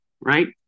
right